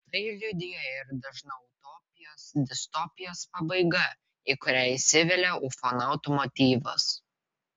tai liudija ir dažna utopijos distopijos pabaiga į kurią įsivelia ufonautų motyvas